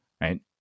Right